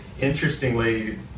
interestingly